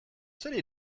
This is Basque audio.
zer